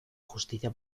justicia